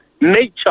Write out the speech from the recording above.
nature